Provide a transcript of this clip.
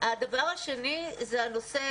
הדבר השני זה נושא